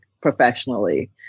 professionally